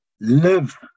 live